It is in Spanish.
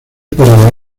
para